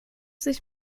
sich